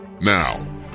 Now